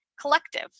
Collective